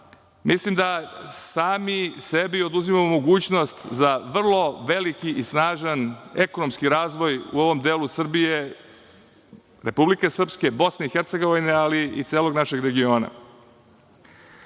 mislim da sami sebi oduzimamo mogućnost za vrlo veliki i snažan ekonomski razvoj u ovom delu Srbije, Republike Srpske, BiH, ali i celog našeg regiona. Ono